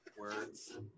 Words